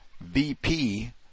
VP